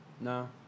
No